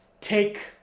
take